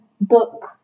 book